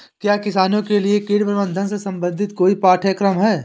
क्या किसानों के लिए कीट प्रबंधन से संबंधित कोई पाठ्यक्रम है?